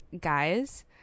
guys